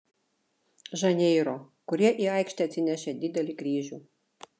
žaneiro kurie į aikštę atsinešė didelį kryžių